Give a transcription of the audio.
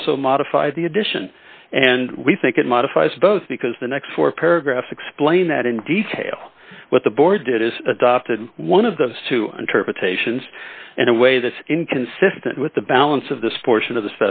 also modify the edition and we think it modifies both because the next four paragraphs explain that in detail what the board did is adopted one of those two interpretations and a way that's inconsistent with the balance of this portion of the